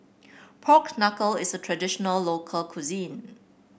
Pork Knuckle is a traditional local cuisine